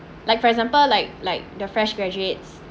like for example like like the fresh graduates